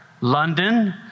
London